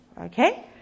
Okay